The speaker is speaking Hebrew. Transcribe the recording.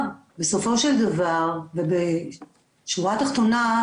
לתעשייה בכלל לדעתי, אבל בפרט לתעשייה הקטנה.